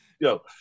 Yo